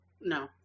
No